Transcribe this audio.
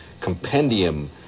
compendium